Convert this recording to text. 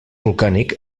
volcànic